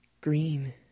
green